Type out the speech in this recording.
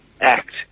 act